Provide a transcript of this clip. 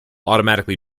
automatically